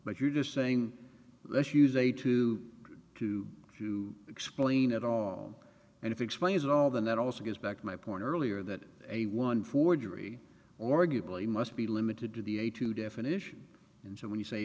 but you're just saying let's use a two two to explain it all and explains it all then that also goes back to my point earlier that a one forgery or ghibli must be limited to the a two definition and so when you say